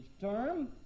term